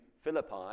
Philippi